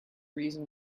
reason